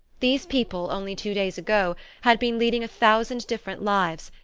these people, only two days ago, had been leading a thousand different lives,